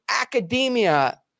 academia